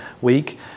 week